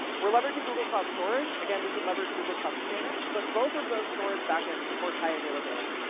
we're leveraging google cloud storage. again, we could leverage google cloud spanner. but both of those storage back ends support high availability.